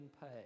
pay